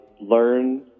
learn